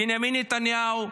בנימין נתניהו,